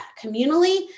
communally